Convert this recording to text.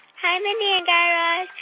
hi, mindy and guy